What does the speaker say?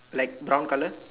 like brown colour